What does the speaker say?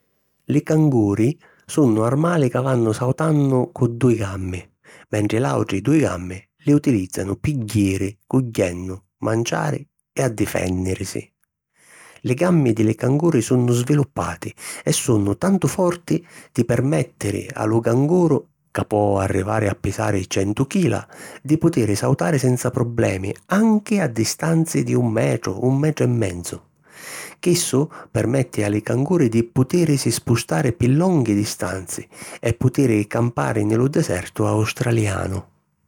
Li canguri sunnu armali ca vannu sautannu cu dui gammi, mentri l'àutri dui gammi li utilizzanu pi jiri cugghiennu manciari e addifènnirisi. Li gammi di li canguri sunnu sviluppati e sunnu tantu forti di permèttiri a lu canguru, ca po arrivari a pisari centu chila, di putiri sautari senza problemi anchi a distanzi di un metru - un metru e menzu. Chissu permetti a li canguri di putìrisi spustari pi longhi distanzi e putiri campari nni lu desertu australianu.